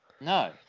No